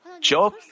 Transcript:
Job